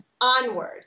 onward